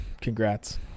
congrats